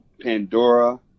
Pandora